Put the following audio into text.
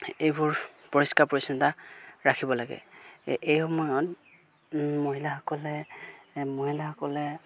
এইবোৰ পৰিষ্কাৰ পৰিচ্ছন্নতা ৰাখিব লাগে এই সময়ত মহিলাসকলে মহিলাসকলে